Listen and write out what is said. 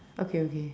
okay okay